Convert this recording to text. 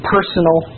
Personal